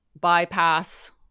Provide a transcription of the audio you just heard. bypass